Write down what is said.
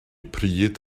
pryd